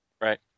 right